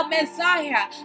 Messiah